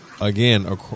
again